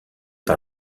par